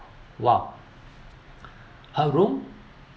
!wow! her room